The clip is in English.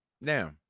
Now